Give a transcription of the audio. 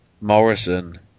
Morrison